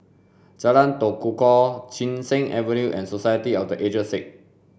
Jalan Tekukor Chin Cheng Avenue and Society of the Aged Sick